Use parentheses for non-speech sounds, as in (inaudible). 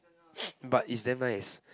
(noise) but is damn nice